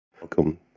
Welcome